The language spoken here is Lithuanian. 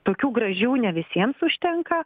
tokių gražių ne visiems užtenka